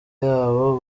yabo